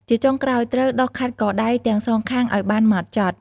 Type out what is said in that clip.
ជាចុងក្រោយ ត្រូវដុសខាត់កដៃ ទាំងសងខាងឱ្យបានហ្មត់ចត់។